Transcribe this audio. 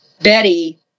Betty